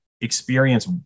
experience